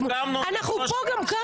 אנחנו פה גם ככה.